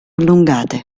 allungate